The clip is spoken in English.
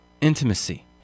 intimacy